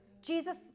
Jesus